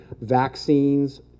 vaccines